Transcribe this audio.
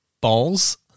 balls